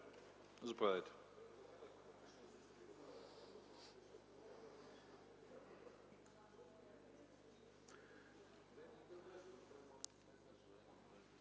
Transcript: Благодаря.